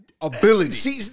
ability